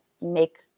make